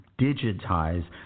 digitize